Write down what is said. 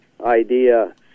idea